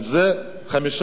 חמישה, חמישה.